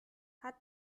hat